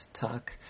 talk